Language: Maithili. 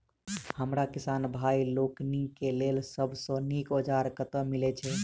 हमरा किसान भाई लोकनि केँ लेल सबसँ नीक औजार कतह मिलै छै?